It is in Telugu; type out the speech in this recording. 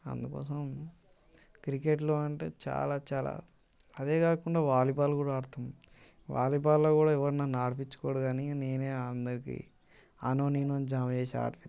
అందుకోసం క్రికెట్లో అంటే చాలా చాలా అదే కాకుండా వాలీబాల్ కూడా ఆడతాం వాలీబాల్ లో కూడా ఎవడు నన్ను ఆడిపిచ్చుకోడు కానీ నేనే అందరికి అనోని ఈనోని నేను జమా చేసి ఆడిపిస్తాను